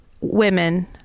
women